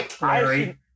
Larry